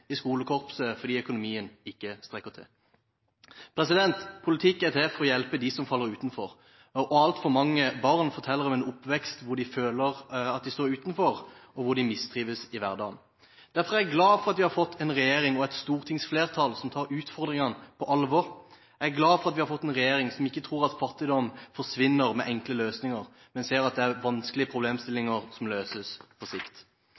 i skolekorpset fordi økonomien ikke strekker til. Politikk er til for å hjelpe dem som faller utenfor, og altfor mange barn forteller om en oppvekst hvor de føler at de står utenfor og hvor de mistrives i hverdagen. Derfor er jeg glad for at vi har fått en regjering og et stortingsflertall som tar utfordringen på alvor. Jeg er glad for at vi har fått en regjering som ikke tror at fattigdom forsvinner med enkle løsninger, men ser at det er vanskelige problemstillinger som løses på sikt.